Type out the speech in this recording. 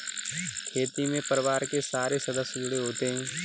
खेती में परिवार के सारे सदस्य जुड़े होते है